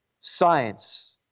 science